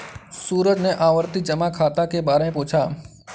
सूरज ने आवर्ती जमा खाता के बारे में पूछा